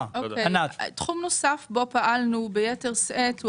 תחום נוסף בו פעלנו ביתר שאת הוא